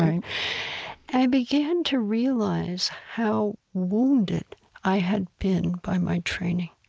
i i began to realize how wounded i had been by my training.